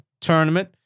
tournament